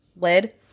lid